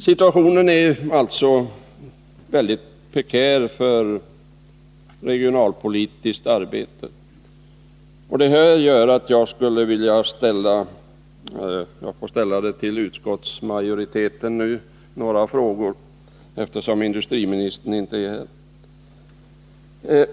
Situationen är alltså väldigt prekär för det regionalpolitiska arbetet. Detta gör att jag skulle vilja ställa några frågor till utskottsmajoritetens representanter, eftersom industriministern inte är här.